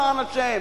למען השם?